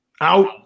Out